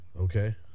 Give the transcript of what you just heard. Okay